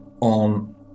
on